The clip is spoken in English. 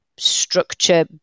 structure